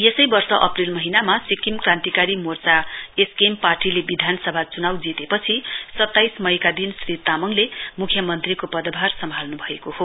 यसै वर्ष अप्रिल महीनामा सिक्किम क्रान्तिकारी मोर्चा एसकेएम पार्टीले विधान सभा चुनाउ जितेपछि सत्ताइस मईका दिन श्री तामाङले मुख्यमन्त्रीको पद्धार सम्हाल्नु भएको थियो